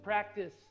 Practice